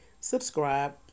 subscribe